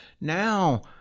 Now